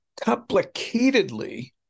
complicatedly